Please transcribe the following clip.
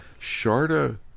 Sharda